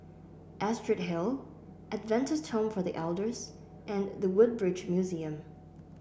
Astrid Hill Adventist Twom for The Elders and The Woodbridge Museum